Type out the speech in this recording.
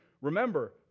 remember